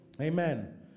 Amen